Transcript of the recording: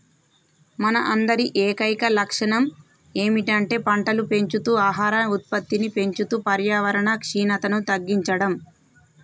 మన అందరి ఏకైక లక్షణం ఏమిటంటే పంటలు పెంచుతూ ఆహార ఉత్పత్తిని పెంచుతూ పర్యావరణ క్షీణతను తగ్గించడం